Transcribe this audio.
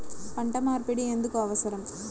పంట మార్పిడి ఎందుకు అవసరం?